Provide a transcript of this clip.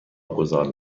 واگذار